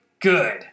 Good